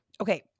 Okay